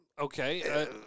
Okay